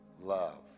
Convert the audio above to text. love